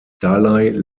dalai